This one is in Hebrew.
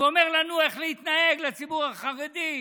ואומר לנו איך להתנהג, לציבור החרדי.